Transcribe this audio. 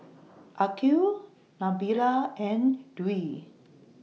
Aqil Nabila and Dwi